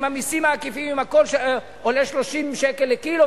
עם המסים העקיפים ועם הכול עולה 30 שקלים לקילו,